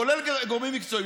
כולל גורמים מקצועיים?